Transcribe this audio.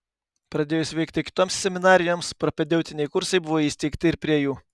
pradėjus veikti kitoms seminarijoms propedeutiniai kursai buvo įsteigti ir prie jų